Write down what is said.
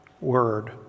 word